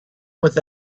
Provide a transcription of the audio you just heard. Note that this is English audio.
with